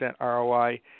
ROI